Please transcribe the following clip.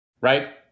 Right